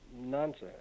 nonsense